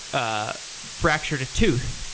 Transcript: ah fractured a tooth,